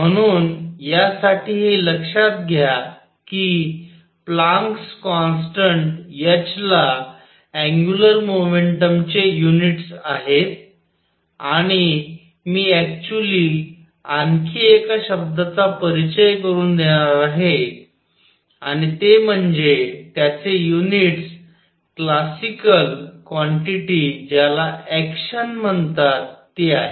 म्हणून या साठी हे लक्षात घ्या की प्लँक्स कॉन्स्टन्ट h ला अँग्युलर मोमेंटम चे युनिट्स आहेत आणि मी ऍक्च्युली आणखी एक शब्दाचा परिचय करून देणार आहे आणि ते म्हणजे त्याचे युनिट्स क्लासिकल क्वांटिटी ज्याला ऍक्शन म्हणतात ते आहे